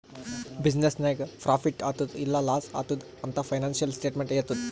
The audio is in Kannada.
ಬಿಸಿನ್ನೆಸ್ ನಾಗ್ ಪ್ರಾಫಿಟ್ ಆತ್ತುದ್ ಇಲ್ಲಾ ಲಾಸ್ ಆತ್ತುದ್ ಅಂತ್ ಫೈನಾನ್ಸಿಯಲ್ ಸ್ಟೇಟ್ಮೆಂಟ್ ಹೆಳ್ತುದ್